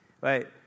right